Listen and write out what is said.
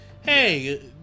hey